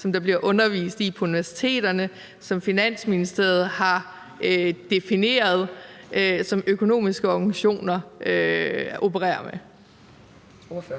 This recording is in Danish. som der bliver undervist i på universiteterne, som Finansministeriet har defineret, og som økonomiske organisationer opererer med? Kl.